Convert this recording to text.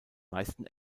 meisten